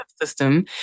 system